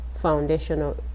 foundational